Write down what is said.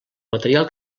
material